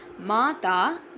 Mata